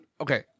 Okay